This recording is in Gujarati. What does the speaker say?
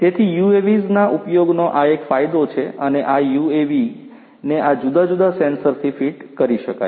તેથી UAVs ના ઉપયોગનો આ એક ફાયદો છે અને આ UAVs ને આ જુદા જુદા સેન્સરથી ફિટ કરો